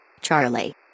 Charlie